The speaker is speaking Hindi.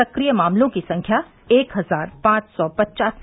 सक्रिय मामलों की संख्या एक हजार पांच सौ पच्चासी